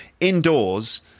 indoors